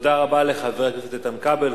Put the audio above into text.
תודה רבה לחבר הכנסת איתן כבל.